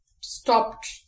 stopped